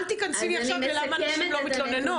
אל תיכנסי לי עכשיו לשאלה למה שים לא מתלוננות,